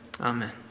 Amen